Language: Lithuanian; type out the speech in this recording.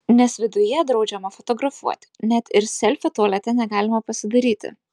nes viduje draudžiama fotografuoti net ir selfio tualete negalima pasidaryti